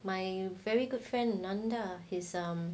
my very good friend nanda his um